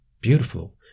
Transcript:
Beautiful